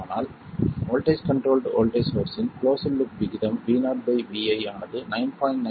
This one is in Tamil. ஆனால் வோல்ட்டேஜ் கண்ட்ரோல்ட் வோல்ட்டேஜ் சோர்ஸ்ஸின் கிளோஸ்ட் லூப் விகிதம் VoVi ஆனது 9